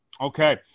Okay